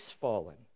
fallen